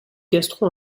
gastro